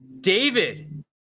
david